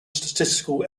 statistical